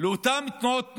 לאותן תנועות נוער,